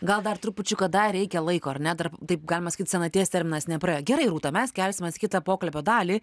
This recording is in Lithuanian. gal dar trupučiuką dar reikia laiko ar ne dar taip galima sakyt senaties terminas nepraėjo gerai rūta mes kelsimės į kitą pokalbio dalį